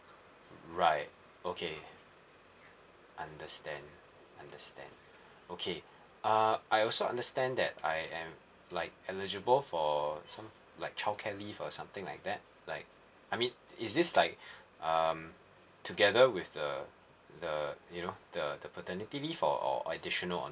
right okay understand understand okay uh I also understand that I am like eligible for some like childcare leave or something like that like I mean is this like um together with the the you know the the paternity leave or or additional one